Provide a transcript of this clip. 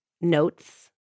notes